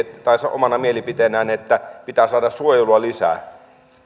omana mielipiteenään että pitää saada suojelua lisää